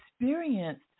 experienced